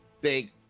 big